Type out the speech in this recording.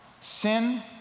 Sin